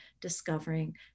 discovering